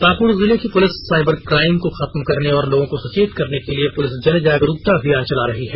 पाकुड़ जिले की police cyber crime को खत्म करने और लोगों को सचेत करने के लिए पुलिस जनजागरूकता अभियान चला रही है